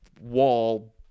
wall